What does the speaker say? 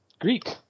Greek